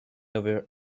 over